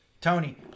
Tony